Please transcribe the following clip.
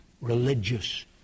religious